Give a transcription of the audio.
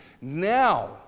Now